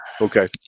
Okay